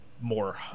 more